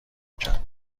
کرد